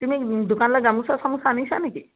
তুমি দোকানলৈ গামোচা চামোচা আনিছা নেকি